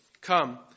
Come